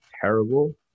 terrible